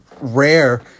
rare